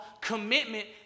commitment